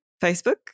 Facebook